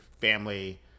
family